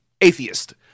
atheist